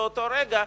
באותו רגע,